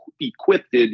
equipped